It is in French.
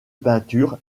peinture